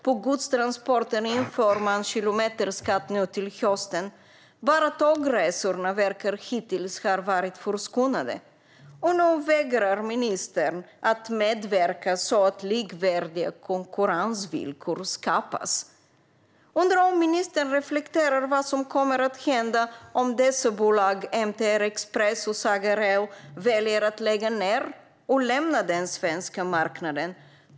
Nu till hösten inför man kilometerskatt på godstransporter. Bara tågresorna verkar hittills ha varit förskonade. Och nu vägrar ministern att medverka till att likvärdiga konkurrensvillkor skapas. Jag undrar om ministern reflekterar över vad som kommer att hända om bolagen MTR Express och Saga Rail väljer att lägga ned och lämna den svenska marknaden.